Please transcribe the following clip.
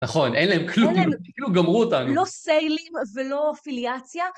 נכון, אין להם כלום, כאילו גמרו אותנו. לא סיילים ולא פיליאציה.